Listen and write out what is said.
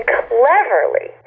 cleverly